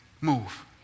move